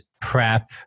PrEP